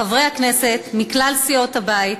חברי הכנסת מכלל סיעות הבית,